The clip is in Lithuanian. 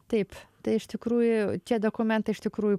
taip tai iš tikrųjų čia dokumentai iš tikrųjų